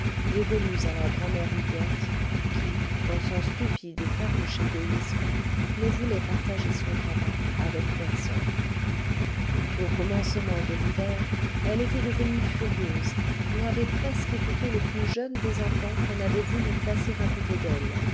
dévolus à la grand'mère idiote qui dans son stupide et farouche égoïsme ne voulait partager son grabat avec personne au commencement de l'hiver elle était devenue furieuse et avait presque étouffé le plus jeune des enfants qu'on avait voulu placer à côté d'elle